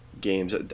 games